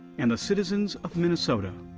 and the citizens of minnesota.